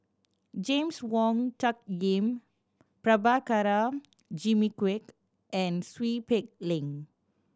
James Wong Tuck Yim Prabhakara Jimmy Quek and Seow Peck Leng